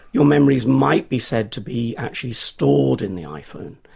your memories might be said to be actually stored in the iphone.